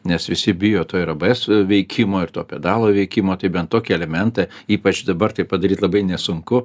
nes visi bijo to ir abs veikimo ir to pedalo veikimo tai bent tokį elementą ypač dabar tai padaryt labai nesunku